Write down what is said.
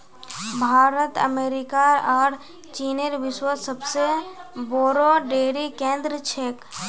भारत अमेरिकार आर चीनेर विश्वत सबसे बोरो डेरी केंद्र छेक